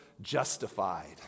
justified